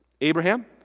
Abraham